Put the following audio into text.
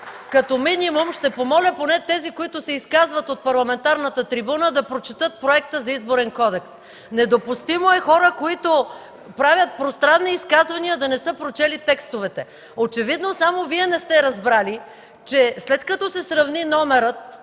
като минимум ще помоля поне тези, които се изказват от парламентарната трибуна, да прочетат Проекта за Изборен кодекс. Недопустимо е хора, които правят пространни изказвания, да не са прочели текстовете. Очевидно само Вие не сте разбрали, че след като се сравни номерът